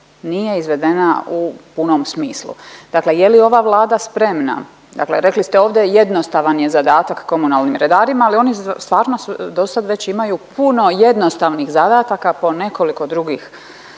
nije izvedena u punom smislu. Dakle, je li ova Vlada spremna, dakle rekli ste ovdje jednostavan je zadatak komunalnim redarima, ali oni stvarno su, dosad već imaju puno jednostavnih zadataka po nekoliko drugih